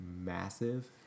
massive